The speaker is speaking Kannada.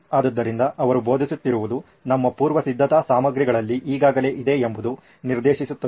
ಆದ್ದರಿಂದ ಅವರು ಬೋಧಿಸುತ್ತಿರುವುದು ನಮ್ಮ ಪೂರ್ವಸಿದ್ಧತಾ ಸಾಮಗ್ರಿಗಳಲ್ಲಿ ಈಗಾಗಲೇ ಇದೆ ಎಂಬುದು ನಿರ್ದೇಶಿಸುತ್ತದೆ